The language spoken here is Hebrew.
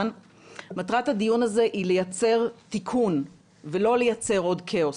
מטרת הדיון הזה היא לייצר תיקון ולא לייצר עוד כאוס.